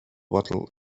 bottle